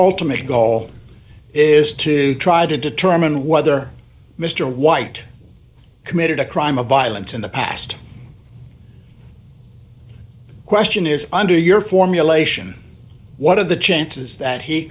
committee goal is to try to determine whether mr white committed a crime of violence in the past the question is under your formulation what are the chances that he